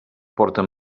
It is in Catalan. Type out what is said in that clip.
porten